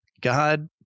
God